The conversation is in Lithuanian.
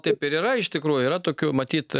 taip ir yra iš tikrųjų yra tokių matyt